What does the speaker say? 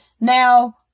Now